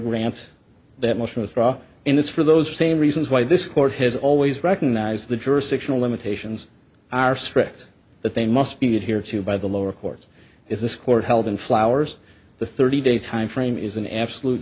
grants that motion withdraw in this for those same reasons why this court has always recognized the jurisdictional limitations are strict that they must be viewed here too by the lower courts is this court held in flowers the thirty day timeframe is an absolute